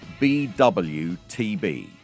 BWTB